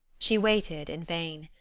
she waited in vain.